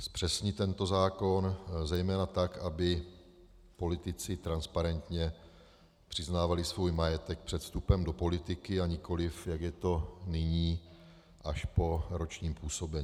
Zpřesnit tento zákon, zejména tak, aby politici transparentně přiznávali svůj majetek před vstupem do politiky, a nikoli jak je to nyní, až po ročním působení.